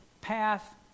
path